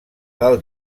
del